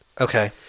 Okay